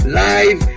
live